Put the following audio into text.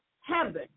heaven